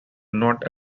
not